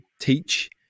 teach